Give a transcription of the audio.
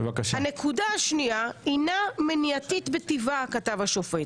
"הנקודה השנייה הינה מניעתית בטיבה כתב השופט